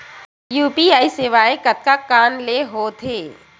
UPI सेवाएं कतका कान ले हो थे?